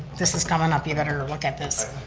this is coming up, you better look at this.